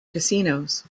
casinos